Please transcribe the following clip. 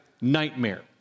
nightmare